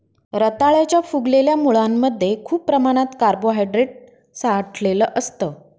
रताळ्याच्या फुगलेल्या मुळांमध्ये खूप प्रमाणात कार्बोहायड्रेट साठलेलं असतं